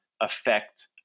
affect